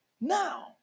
Now